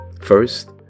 first